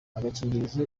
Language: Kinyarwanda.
agakingirizo